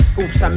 oops